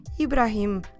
Ibrahim